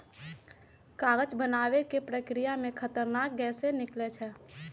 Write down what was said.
कागज बनाबे के प्रक्रिया में खतरनाक गैसें से निकलै छै